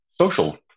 social